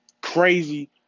crazy